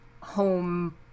home